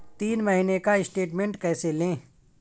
तीन महीने का स्टेटमेंट कैसे लें?